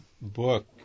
book